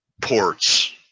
ports